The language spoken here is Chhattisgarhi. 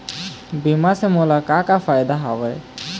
बीमा से मोला का का फायदा हवए?